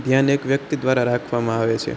ધ્યાન એક વ્યક્તિ દ્વારા રાખવામાં આવે છે